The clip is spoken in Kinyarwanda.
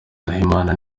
nahimana